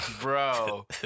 Bro